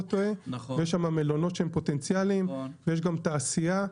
טועה ויש שם מלונות שהם פוטנציאליים ויש גם תעשייה.